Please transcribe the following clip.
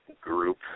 group